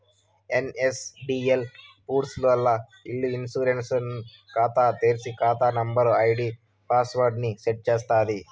NSDL పూర్స్ ల్ల ఇ ఇన్సూరెన్స్ కాతా తెర్సి, కాతా నంబరు, ఐడీ పాస్వర్డ్ ని సెట్ చేస్తాది